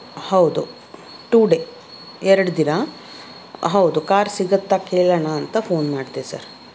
ಹೌದು today ಎರಡು ದಿನ ಹೌದು ಕಾರ್ ಸಿಗತ್ತಾ ಕೇಳೋಣ ಅಂತ ಫೋನ್ ಮಾಡಿದೆ ಸರ್